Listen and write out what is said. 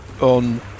On